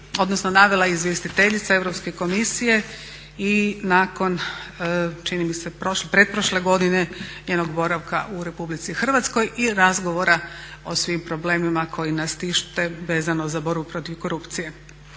odnosno navela je izvjestiteljica Europske komisije i nakon čini mi se pretprošle godine njenog boravka u RH i razgovora o svim problemima koji nas tište vezano za borbu protiv korupcije.